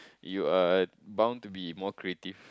you are uh bound to be more creative